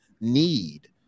need